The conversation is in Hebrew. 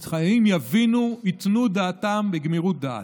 אז חיילים יבינו, ייתנו דעתם בגמירות דעת.